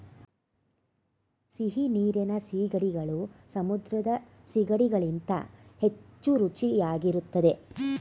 ಸಿಹಿನೀರಿನ ಸೀಗಡಿಗಳು ಸಮುದ್ರದ ಸಿಗಡಿ ಗಳಿಗಿಂತ ಹೆಚ್ಚು ರುಚಿಯಾಗಿರುತ್ತದೆ